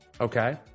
okay